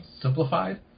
simplified